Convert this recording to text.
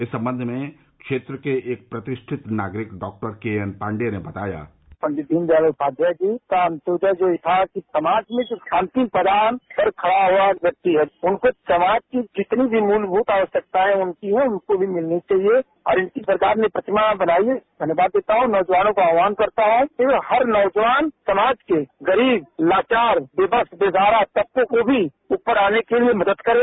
इस संबंध में क्षेत्र के एक प्रतिष्ठित नागरिक डॉक्टर के एन पांडेय ने बताया कि पंडित दीन दयाल उपाध्याय जी का अन्तोदय जो था कि समाज में जो शांति प्रदान पर खड़ा हुआ व्यक्ति है उनको समाज की जितनी भी मूलश्रत आकश्यकताएं उनकी हैं उनको भी मिलनी चाहिए और इनकी सरकार ने प्रतिया बनाई है धन्यवाद देता हूं नौजवानों का आहवान करता हूं कि वो हर नौजवान समाज के गरीब लाचार बेबस बेगारा तबकों को भी ऊपर आने के लिए मदद करें